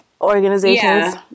organizations